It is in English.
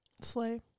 slay